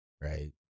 right